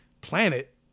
planet